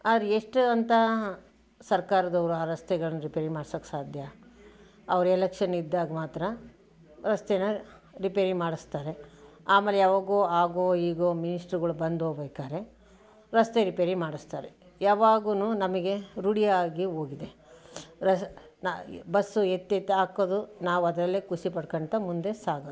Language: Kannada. ಅವರು ಎಷ್ಟು ಅಂತ ಸರ್ಕಾರದವರು ಆ ರಸ್ತೆಗಳನ್ನು ರಿಪೇರಿ ಮಾಡ್ಸೋಕ್ಕೆ ಸಾಧ್ಯ ಅವರು ಎಲೆಕ್ಷನ್ ಇದ್ದಾಗ ಮಾತ್ರ ರಸ್ತೇನ ರಿಪೇರಿ ಮಾಡಿಸ್ತಾರೆ ಆಮೇಲೆ ಯಾವಾಗೋ ಹಾಗೋ ಹೀಗೋ ಮಿನಿಷ್ಟ್ರುಗಳು ಬಂದೋಗ್ಬೇಕಾದ್ರೆ ರಸ್ತೆ ರಿಪೇರಿ ಮಾಡಿಸ್ತಾರೆ ಯಾವಾಗುನೂ ನಮಗೆ ರೂಢಿ ಆಗಿ ಹೋಗಿದೆ ರಸ್ ನ್ ಬಸ್ಸು ಎತ್ತೆತ್ತಿ ಹಾಕೋದು ನಾವದರಲ್ಲೇ ಖುಷಿ ಪಟ್ಕೋತ್ತಾ ಮುಂದೆ ಸಾಗೋದು